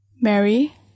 Mary